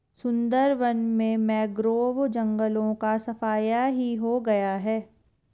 सुंदरबन में मैंग्रोव जंगलों का सफाया ही हो गया है